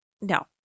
No